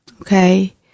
Okay